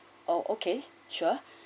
oh okay sure